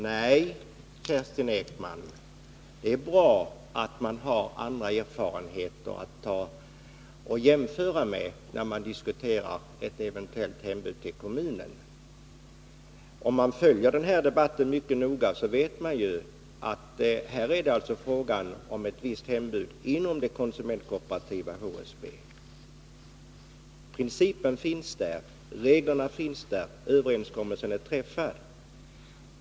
Herr talman! Nej, Kerstin Ekman, det är bra att man har erfarenheter att jämföra med när man diskuterar ett eventuellt hembud till kommunen. Om man följt debatten mycket noga vet man ju att det är fråga om ett visst hembud inom det konsumentkooperativa HSB. Principen finns där, reglerna finns där, överenskommelsen är träffad.